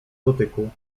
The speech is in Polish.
dotyku